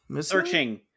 searching